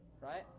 right